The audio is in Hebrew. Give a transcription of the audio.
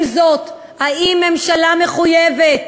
עם זאת, האם ממשלה מחויבת